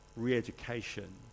re-education